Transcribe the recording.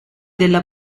della